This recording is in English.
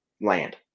land